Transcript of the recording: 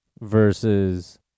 versus